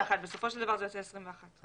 בסופו של דבר זה יוצא 21 ימים.